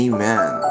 Amen